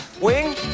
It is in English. wing